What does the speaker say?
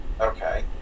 Okay